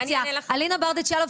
אלינה ברדץ יאלוב,